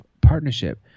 partnership